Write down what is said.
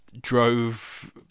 drove